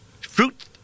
fruit